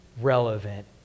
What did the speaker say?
relevant